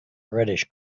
reddish